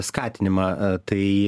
skatinimą tai